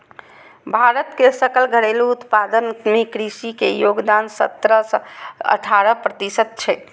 भारत के सकल घरेलू उत्पादन मे कृषि के योगदान सतरह सं अठारह प्रतिशत छै